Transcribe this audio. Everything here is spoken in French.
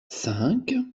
cinq